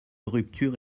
rupture